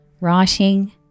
writing